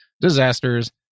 disasters